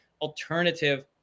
alternative